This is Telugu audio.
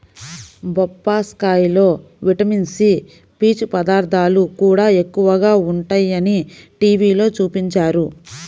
బొప్పాస్కాయలో విటమిన్ సి, పీచు పదార్థాలు కూడా ఎక్కువగా ఉంటయ్యని టీవీలో చూపించారు